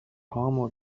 هامو